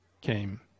came